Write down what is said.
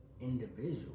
individual